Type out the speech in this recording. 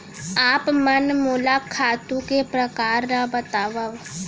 आप मन मोला खातू के प्रकार ल बतावव?